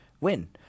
win